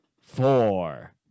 Four